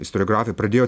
istoriografija pradėjo